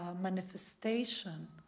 manifestation